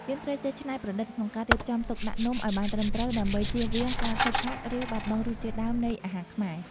យើងត្រូវចេះច្នៃប្រឌិតក្នុងការរៀបចំទុកដាក់នំឱ្យបានត្រឹមត្រូវដើម្បីជៀសវាងការខូចខាត ឬ បាត់បង់រសជាតិដើមនៃអាហារខ្មែរ។